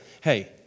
hey